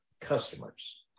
customers